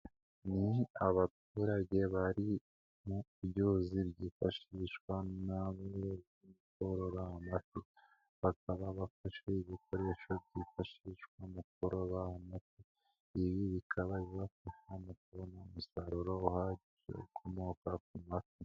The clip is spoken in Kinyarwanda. Ni abaturage bari mu byuzi byifashishwa na bamwe korora amafi. Bakaba bafashe ibikoresho byifashishwa mu kuroba. Ibi bikaba biba nta kubona umusaruro uhagije ukomoka ku mafu.